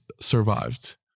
survived